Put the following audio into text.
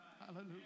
Hallelujah